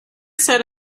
said